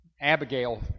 Abigail